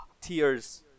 tears